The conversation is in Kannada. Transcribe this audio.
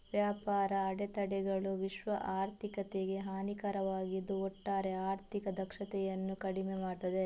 ವ್ಯಾಪಾರ ಅಡೆತಡೆಗಳು ವಿಶ್ವ ಆರ್ಥಿಕತೆಗೆ ಹಾನಿಕಾರಕವಾಗಿದ್ದು ಒಟ್ಟಾರೆ ಆರ್ಥಿಕ ದಕ್ಷತೆಯನ್ನ ಕಡಿಮೆ ಮಾಡ್ತದೆ